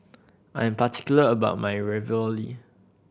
I am particular about my Ravioli